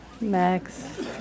Max